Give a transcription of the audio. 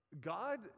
God